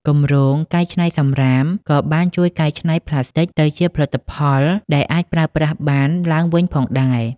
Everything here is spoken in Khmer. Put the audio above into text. គម្រោង "កែច្នៃសំរាម" ក៏បានជួយកែច្នៃប្លាស្ទិកទៅជាផលិតផលដែលអាចប្រើប្រាស់ឡើងវិញផងដែរ។